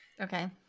okay